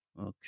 okay